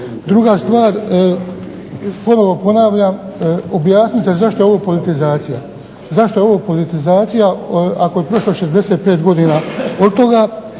Druga stvar, ponovo ponavljam, objasnite zašto je ovo politizacija. Zašto je ovo politizacija ako je prošlo 65 godina od toga,